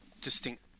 distinct